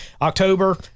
October